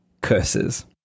curses